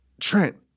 Trent